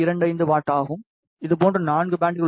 25 watt ஆகும் இதுபோன்ற 4 பேண்ட்கள் உள்ளன